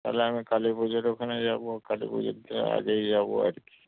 তাহলে আমি কালী পুজোর ওখানে যাব কালী পুজোর যা আগেই যাব আর কি